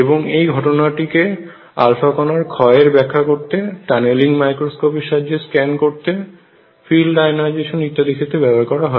এবং এই ঘটনাটিকে আলফা কণার ক্ষয় এর ব্যাখ্যা করতে টানেলিং মাইক্রোস্কোপ এর সাহায্যে স্ক্যান করতে ফিল্ড আয়নাইজেশন ইত্যাদি ক্ষেত্রে ব্যবহার করা হয়